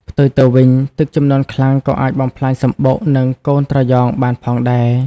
ផ្ទុយទៅវិញ ទឹកជំនន់ខ្លាំង ក៏អាចបំផ្លាញសម្បុក និងកូនត្រយងបានផងដែរ។